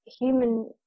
human